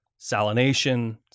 salination